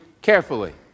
carefully